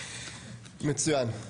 מצוין.